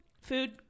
food